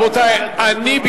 אני,